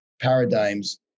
paradigms